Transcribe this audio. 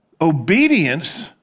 obedience